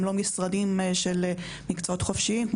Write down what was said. גם לא משרדים של מקצועות חופשיים,